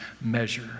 measure